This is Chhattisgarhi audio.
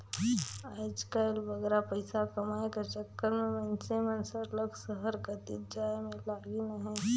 आएज काएल बगरा पइसा कमाए कर चक्कर में मइनसे मन सरलग सहर कतिच जाए में लगिन अहें